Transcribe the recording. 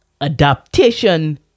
adaptation